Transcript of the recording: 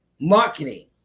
marketing